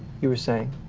you were saying?